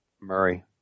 Murray